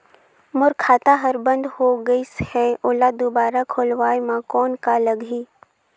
मोर खाता हर बंद हो गाईस है ओला दुबारा खोलवाय म कौन का लगही?